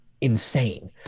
insane